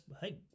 hey